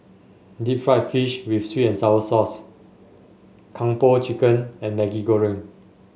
Deep Fried Fish with sweet and sour sauce Kung Po Chicken and Maggi Goreng